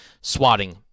swatting